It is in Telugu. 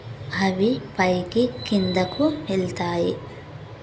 అవి పైకి కిందకు వెళ్తాయి